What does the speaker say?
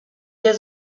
der